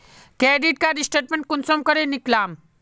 Credit card statement कुंसम करे निकलाम?